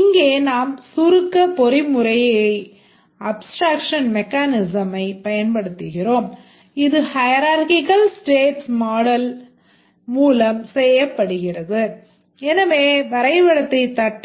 இங்கே நாம் சுருக்க பொறிமுறையைப் இருக்க முடியும் என்பதைப்